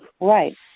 Right